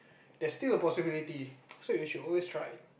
there's still a possibility so you should always try